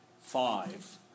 five